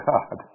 God